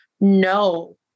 No